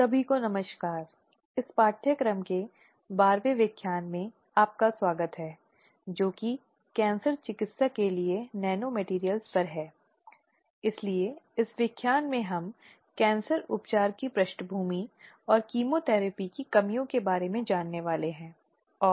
NPTEL NPTEL online प्रमाणीकरण पाठ्यक्रम course on लिंग भेद न्याय और कार्यस्थल सुरक्षाजेंडर जस्टिस एंड वर्कप्लेस सिक्योरिटी द्वारा प्रो दीपा दुबे राजीव गांधी बौद्धिक संपदा विधि विद्यालय IIT खड़गपुर व्याख्यान 12 कार्यस्थल में महिलाएं जारी सभी को नमस्कार मैं लिंग भेद न्याय और कार्यस्थल सुरक्षा पर पाठ्यक्रम में आपका स्वागत करती हूँ